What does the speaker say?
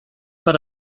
per